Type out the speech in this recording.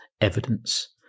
evidence